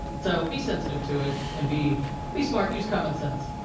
so be sensitive to it, and be be smart. use common sense.